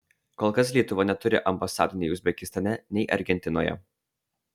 kol kas lietuva neturi ambasadų nei uzbekistane nei argentinoje